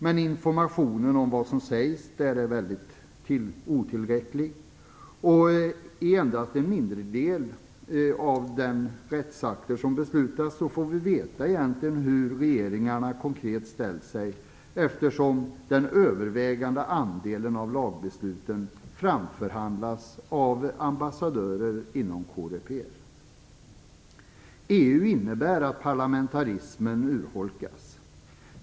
Men informationen om vad som sägs där är väldigt otillräcklig. I endast en mindre del av de rättsakter som beslutas får vi veta hur regeringarna konkret ställt sig, eftersom den övervägande andelen av lagbesluten framförhandlas av ambassadörer inom Coreper. EU innebär att parlamentarismen urholkas.